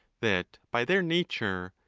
that by their nature,